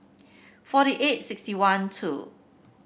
forty eight sixty one two